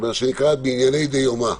מה שנקרא בענייני דיומא.